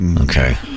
Okay